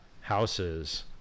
houses